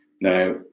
Now